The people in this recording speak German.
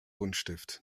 buntstift